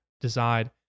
decide